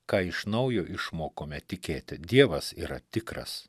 ką iš naujo išmokome tikėti dievas yra tikras